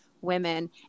women